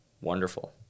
wonderful